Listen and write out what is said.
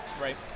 Right